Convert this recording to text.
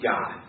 God